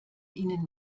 ihnen